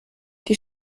die